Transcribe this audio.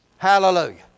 Hallelujah